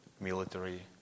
military